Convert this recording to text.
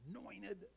anointed